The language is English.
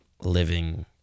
living